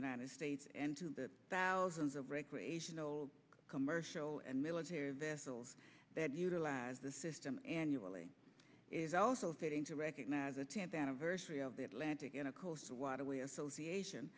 united states and to the thousands of recreational commercial and military vessels that utilize this system annually is also fitting to recognize a tenth anniversary of the atlantic in a coastal waterway association